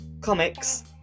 comics